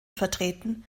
vertreten